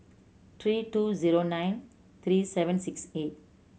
three two zero nine three seven six eight